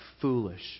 foolish